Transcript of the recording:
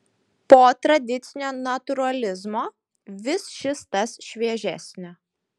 po tradicinio natūralizmo vis šis tas šviežesnio